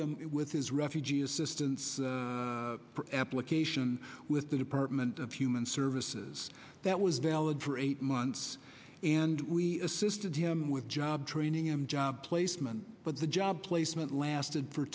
him with his refugee assistance application with the department of human services that was valid for eight months and we assisted him with job training him job placement but the job placement lasted for